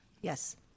Yes